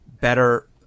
better